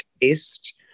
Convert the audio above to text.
taste